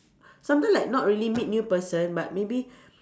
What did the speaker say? sometime like not really meet new person but maybe